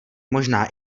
možná